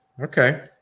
okay